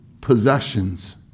possessions